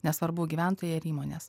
nesvarbu gyventojai ar įmonės